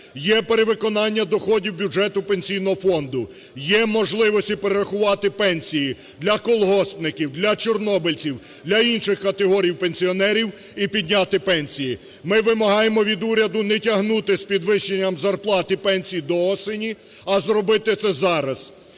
Є перевиконання доходів бюджету Пенсійного фонду, є можливості перерахувати пенсії для колгоспників, для чорнобильців, для інших категорій пенсіонерів і підняти пенсії. Ми вимагаємо від уряду не тягнути з підвищенням зарплат і пенсій до осені, а зробити це зараз